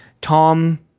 Tom